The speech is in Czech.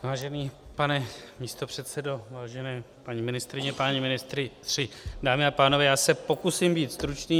Vážený pane místopředsedo, vážené paní ministryně, páni ministři, dámy a pánové, já se pokusím být stručný.